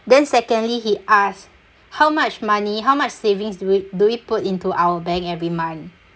then secondly he asked how much money how much savings do we do we put into our bank every month